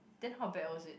then how bad was it